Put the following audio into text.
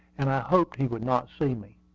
and i hoped he would not see me.